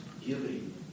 giving